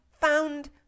found